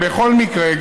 בכל מקרה,